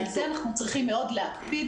על זה אנחנו צריכים מאוד להקפיד.